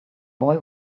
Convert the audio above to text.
boy